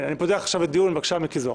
אני פותח את זה עכשיו לדיון, בבקשה מיקי זוהר.